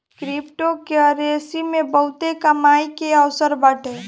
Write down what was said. cryptocurrency मे बहुते कमाई के अवसर बाटे